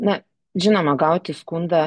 na žinoma gauti skundą